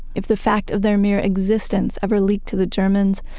if the fact of their mere existence ever leaked to the germans,